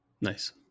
Nice